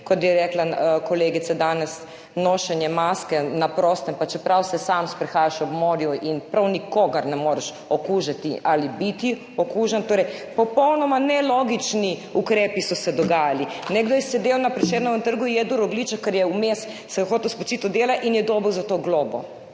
kot je rekla kolegica danes, nošenje maske na prostem, pa čeprav se sam sprehajaš ob morju in prav nikogar ne moreš okužiti ali biti okužen. Torej, popolnoma nelogični ukrepi so se dogajali. Nekdo je sedel na Prešernovem trgu, jedel rogljiček, ker se je vmes hotel spočiti od dela, in je dobil za to globo.